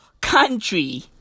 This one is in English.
country